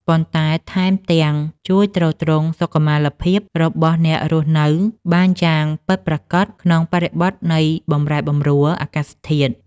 ប៉ុន្តែថែមទាំងជួយទ្រទ្រង់សុខុមាលភាពរបស់អ្នករស់នៅបានយ៉ាងពិតប្រាកដក្នុងបរិបទនៃបម្រែបម្រួលអាកាសធាតុ។